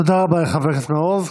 תודה רבה לחבר הכנסת מעוז.